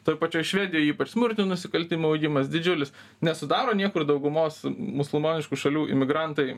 toj pačioj švedijoj ypač smurtinių nusikaltimų augimas didžiulis nesudaro niekur daugumos musulmoniškų šalių imigrantai